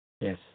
Yes